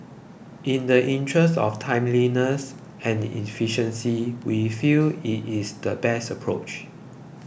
in the interest of timeliness and efficiency we feel it is the best approach